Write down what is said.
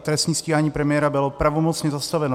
Trestní stíhání premiéra bylo pravomocně zastaveno.